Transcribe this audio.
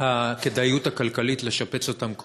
הכדאיות הכלכלית לשפץ אותם,